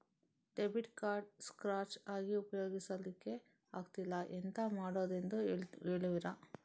Debit card scratch ಆಗಿ ಉಪಯೋಗಿಸಲ್ಲಿಕ್ಕೆ ಆಗ್ತಿಲ್ಲ, ಎಂತ ಮಾಡುದೆಂದು ಹೇಳುವಿರಾ?